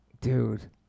Dude